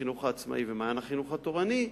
החינוך העצמאי ו"מעיין החינוך התורני",